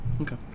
Okay